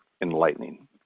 enlightening